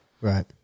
Right